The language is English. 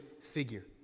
figure